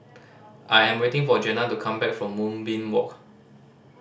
I am waiting for Jenna to come back from Moonbeam Walk